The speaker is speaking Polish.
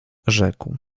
rzekł